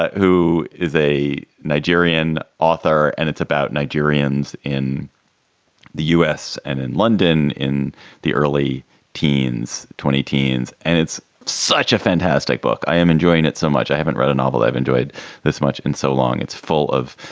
who is a nigerian author. and it's about nigerians in the u s. and in london in the early teens, twenty teens. and it's such a fantastic book. i am enjoying it so much. i haven't read the novel. i've enjoyed this much in so long. it's full of